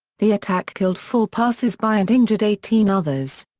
the attack killed four passersby and injured eighteen others.